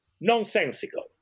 nonsensical